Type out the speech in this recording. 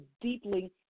deeply